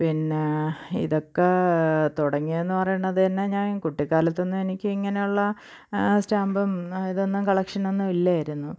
പിന്നെ ഇതൊക്കെ തുടങ്ങിയതെന്ന് പറയുന്നത് തന്നെ ഞാൻ കുട്ടിക്കാലത്തൊന്നും എനിക്ക് ഇങ്ങനെയുള്ള സ്റ്റാമ്പും ഇതൊന്നും കളക്ഷൻ ഒന്നും ഇല്ലായിരുന്നു